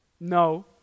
No